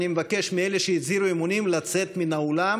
אני מבקש מאלו שהצהירו אמונים לצאת מן האולם